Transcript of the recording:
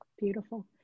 beautiful